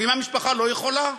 ואם המשפחה לא יכולה?